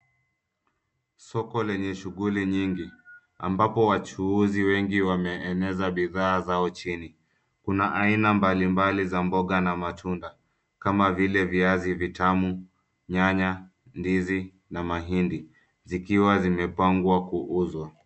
Soko lenye shughuli nyingi ,ambapo wachuuzi wengi wameeneza bidhaa zao chini. Kuna aina mbali mbali za mboga na matunda. Kama vile viazi vitamu, nyanya, ndizi na mahindi ,zikiwa zimepangwa kuuzwa.